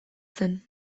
zen